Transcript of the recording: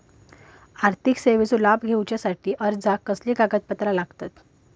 आर्थिक सेवेचो लाभ घेवच्यासाठी अर्जाक कसले कागदपत्र लागतत?